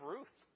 Ruth